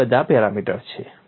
આ બધાં પેરામીટર્સ છે